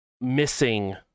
missing